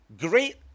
great